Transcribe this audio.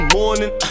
morning